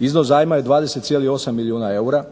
Izvor zajma je 20,8 milijuna eura,